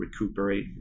recuperate